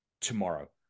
tomorrow